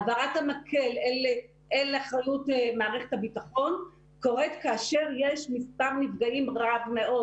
העברת המקל אל אחריות מערכת הביטחון קורית כאשר יש מספר נפגעים רב מאוד